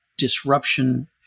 disruption